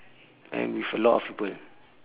and with a lot of people